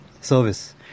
service